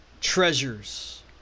treasures